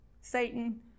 Satan